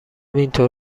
اینطور